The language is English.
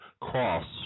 cross